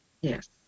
Yes